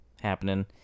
happening